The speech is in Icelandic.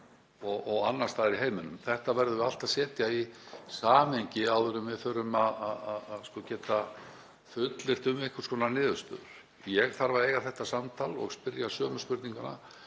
og annars staðar í heiminum. Þetta verðum við allt að setja í samhengi áður en við getum fullyrt um einhvers konar niðurstöður. Ég þarf að eiga þetta samtal og spyrja sömu spurninga